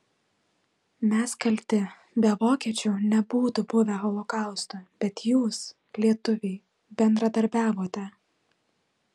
mes kalti be vokiečių nebūtų buvę holokausto bet jūs lietuviai bendradarbiavote